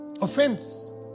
offense